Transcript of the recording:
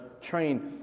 train